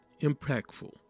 impactful